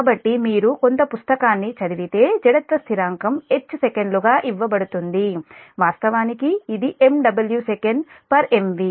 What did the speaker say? కాబట్టి మీరు కొంత పుస్తకాన్ని చదివితే జడత్వ స్థిరాంకం 'H' సెకన్లుగా ఇవ్వబడుతుంది వాస్తవానికి ఇది MW sec MVA